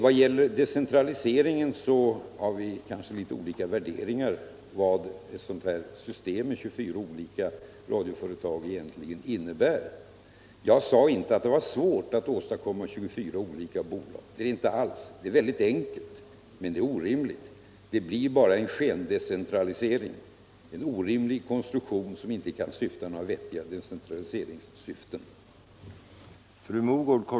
Beträffande decentraliseringen har vi kanske litet olika värderingar av vad ett sådant här system med 24 olika radioföretag egentligen innebär. Jag sade inte att det är svårt att åstadkomma 24 olika bolag. Det är väldigt enkelt, men det är orimligt. Det blir bara en skendecentralisering, en orimlig konstruktion som inte kan syfta till några vettiga decentraliseringsändamål.